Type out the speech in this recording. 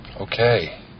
Okay